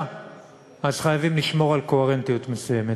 אז חייבים לשמור על קוהרנטיות מסוימת.